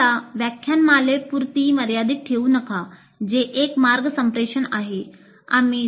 स्वत ला व्याख्यानमालेपुरती मर्यादीत ठेवू नका जे एक मार्ग संप्रेषण आहे